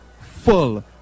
full